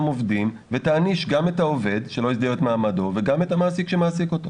עובדים ותעניש גם את העובד שלא הסדיר את מעמדו ואת המעסיק שמעסיק אותו.